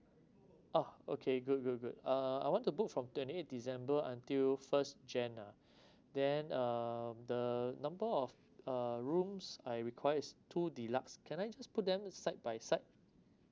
oh okay good good good uh I want to book from twenty eight december until first jan ah then uh the number of uh rooms I requires two deluxe can I just put them side by side